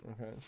Okay